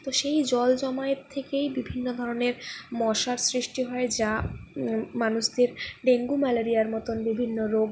তো সেই জল জমায়েত থেকেই বিভিন্ন ধরনের মশার সৃষ্টি হয় যা মানুষদের ডেঙ্গু ম্যালেরিয়ার মতো বিভিন্ন রোগ